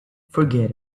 forget